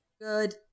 Good